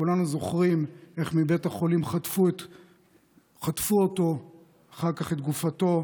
כולנו זוכרים איך חטפו אותו מבית החולים,